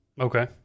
Okay